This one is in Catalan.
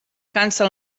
cansa